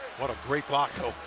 what a great block, though,